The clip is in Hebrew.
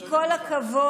עם כל הכבוד,